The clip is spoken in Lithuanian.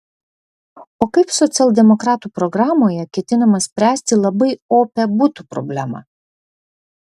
o kaip socialdemokratų programoje ketinama spręsti labai opią butų problemą